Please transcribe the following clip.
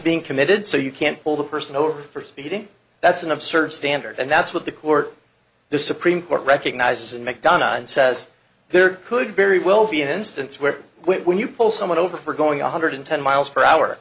being committed so you can't pull the person over for speeding that's an absurd standard and that's what the court the supreme court recognizes and mcdonough says there could very well be an instance where when you pull someone over for going one hundred ten miles per hour